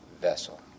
vessel